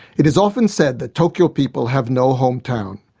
it is often said that tokyo people have no hometown.